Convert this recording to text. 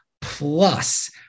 Plus